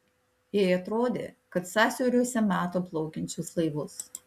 jai atrodė kad sąsiauriuose mato plaukiančius laivus